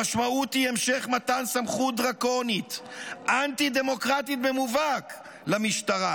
המשמעות היא המשך מתן סמכות דרקונית אנטי-דמוקרטית במובהק למשטרה,